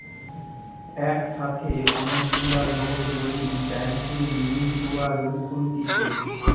একসাথে অনেক গুলা লোক যদি ব্যাংকে মিউচুয়াল খুলতিছে